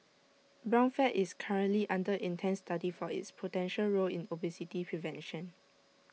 brown fat is currently under intense study for its potential role in obesity prevention